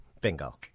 Bingo